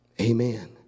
Amen